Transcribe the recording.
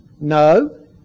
No